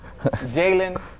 Jalen